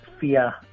fear